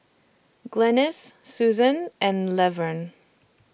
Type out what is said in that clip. Glynis Suzann and Levern